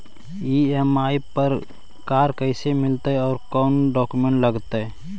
EMI पर car कैसे मिलतै औ कोन डाउकमेंट लगतै?